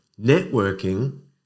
networking